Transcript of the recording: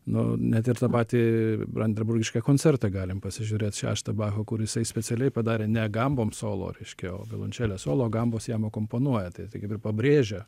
nu net ir tą patį branderburgišką koncertą galim pasižiūrėt šeštą bacho kur jisai specialiai padarė ne gambom solo reiškai o violančelė solo o gambos jam akomponuoja tai tai kaip ir pabrėžia